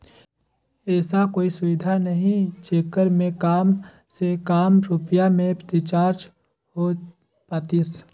ऐसा कोई सुविधा नहीं जेकर मे काम से काम रुपिया मे रिचार्ज हो पातीस?